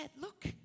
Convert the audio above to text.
look